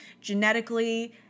genetically